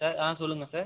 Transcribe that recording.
sir அ சொல்லுங்கள் sir